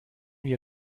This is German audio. wir